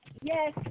yes